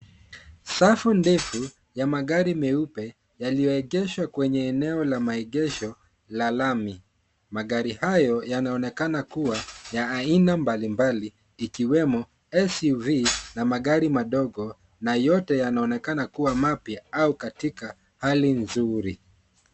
Safu ndefu ya magari meupe yaliyoegeshwa kwenye eneo la maegesho la lami. Magari hayo yanaonekana kuwa ya aina mbalimbali ikiwemo SUV na magari madogo na yote yanaonekana kuwa mapya au katika hali nzuri.